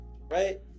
right